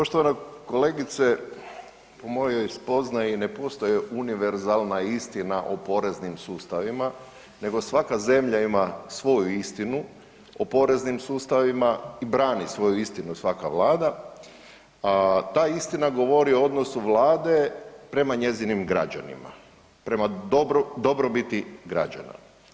Poštovana kolegice, po mojoj spoznaji ne postoji univerzalna istina o poreznim sustavima, nego svaka zemlja ima svoju istinu o poreznim sustavima i brani svoju istinu svaka Vlada, a ta istina govori o odnosu Vlade prema njezinim građanima, prema dobrobiti građana.